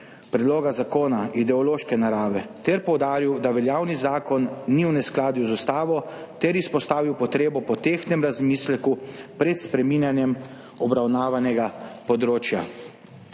predloga zakona ideološke narave ter poudaril, da veljavni zakon ni v neskladju z ustavo ter izpostavil potrebo po tehtnem razmisleku pred spreminjanjem obravnavanega področja.